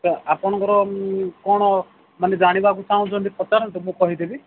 ତ ଆପଣଙ୍କର କ'ଣ ମାନେ ଜାଣିବାକୁ ଚାହୁଁଛନ୍ତି ପଚାରନ୍ତୁ ମୁଁ କହିଦେବି